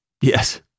Yes